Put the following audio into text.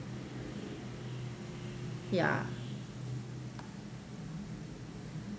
ya